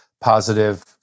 positive